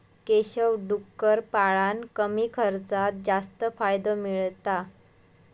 केशव डुक्कर पाळान कमी खर्चात जास्त फायदो मिळयता